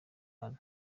hano